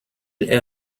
est